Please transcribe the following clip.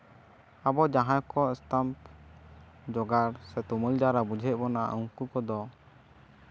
ᱟᱵᱚ ᱡᱟᱦᱟᱸ ᱠᱚ ᱮᱥᱛᱷᱟᱱ ᱡᱚᱜᱟᱲ ᱥᱮ ᱛᱩᱢᱟᱹᱞ ᱡᱟᱣᱨᱟ ᱵᱩᱡᱷᱟᱹᱜ ᱵᱚᱱᱟ ᱩᱱᱠᱩ ᱠᱚᱫᱚ